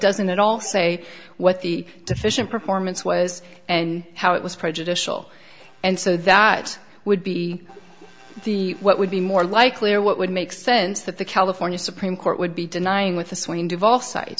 doesn't at all say what the deficient performance was and how it was prejudicial and so that would be e the what would be more likely or what would make sense that the california supreme court would be denying with the swing deval si